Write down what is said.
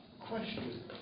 question